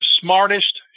smartest